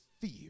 fear